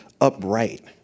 upright